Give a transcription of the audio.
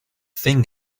thing